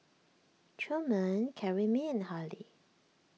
Truman Karyme and Hale